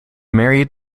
married